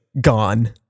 gone